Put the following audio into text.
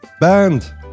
band